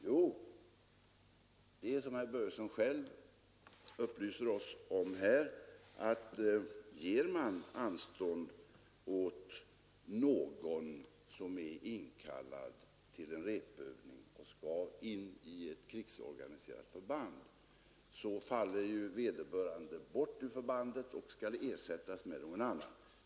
Jo, det är som herr Börjesson själv upplyser oss om, att ger man tillstånd åt någon som är inkallad till en repövning och skall in i ett krigsorganiserat förband, faller ju vederbörande bort ur förbandet och skall ersättas med någon annan.